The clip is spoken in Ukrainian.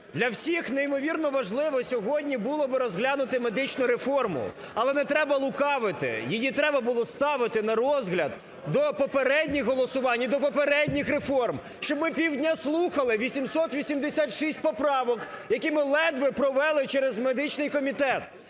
для всіх неймовірно важливо сьогодні було би розглянути медичну реформу, але не треба лукавити, її треба було ставити на розгляд до попередніх голосувань і до попередніх реформ, щоб ми півдня слухали 886 поправок, які ми ледве провели через медичний комітет.